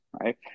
right